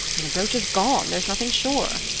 and the brooch is gone, there's nothing surer.